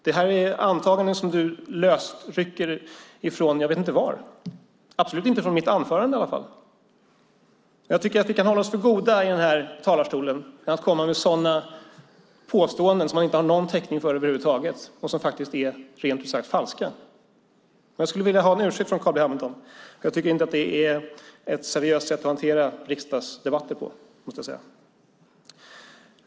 Det här är antaganden som du löst rycker från jag vet inte var. Det är absolut inte från mitt anförande. Jag tycker att vi kan hålla oss för goda i den här talarstolen med att komma med sådana påståenden som det inte finns någon täckning för över huvud taget och som faktiskt är rent ut sagt falska. Jag skulle vilja ha en ursäkt från Carl B Hamilton. Det är inte ett seriöst sätt att hantera riksdagsdebatter på.